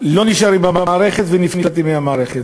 לא נשארים במערכת ונפלטים מהמערכת.